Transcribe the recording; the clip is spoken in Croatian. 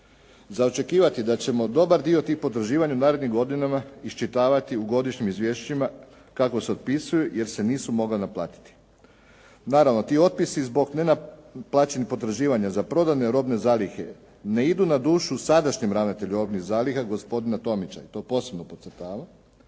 Za očekivati je da ćemo dobar dio tih potraživanja u narednim godinama iščitavati u godišnjim izvješćima kako se otpisuju jer se nisu mogla naplatiti. Naravno, ti otpisi zbog nenaplaćenih potraživanja za prodane robne zalihe ne idu na dušu sadašnjem ravnatelju robnih zaliha, gospodina Tomića i to posebno podcrtavam